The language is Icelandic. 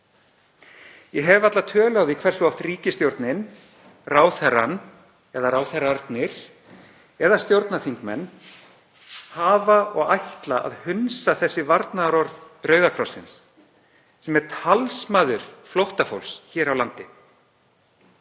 Ég hef varla tölu á því hversu oft ríkisstjórnin, ráðherrann, eða ráðherrarnir, eða stjórnarþingmenn hafa og ætla að hunsa þessi varnaðarorð Rauða krossins sem er talsmaður flóttafólks hér á landi.